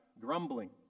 grumbling